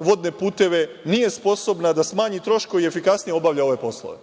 vodne puteve nije sposobna da smanji troškove i efikasnije obavlja ove poslove?